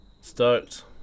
Stoked